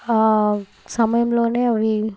ఆ సమయంలోనే అవి